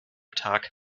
tag